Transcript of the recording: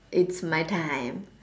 it's my time